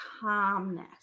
calmness